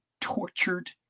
tortured